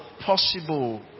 possible